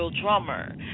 Drummer